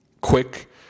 quick